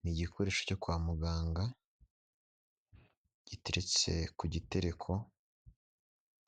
Ni igikoresho cyo kwa muganga giteretse ku gitereko,